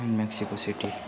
Mexico city